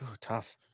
Tough